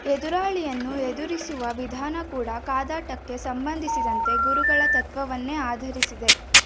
ಎದುರಾಳಿಯನ್ನು ಎದುರಿಸುವ ವಿಧಾನ ಕೂಡ ಕಾದಾಟಕ್ಕೆ ಸಂಬಂಧಿಸಿದಂತೆ ಗುರುಗಳ ತತ್ವವನ್ನೇ ಆಧರಿಸಿದೆ